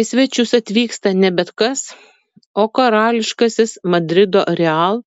į svečius atvyksta ne bet kas o karališkasis madrido real